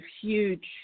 huge